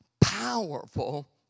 powerful